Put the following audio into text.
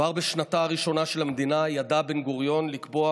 כבר בשנתה הראשונה של המדינה ידע בן-גוריון לקבוע